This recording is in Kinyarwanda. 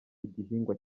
igihingwa